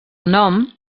nom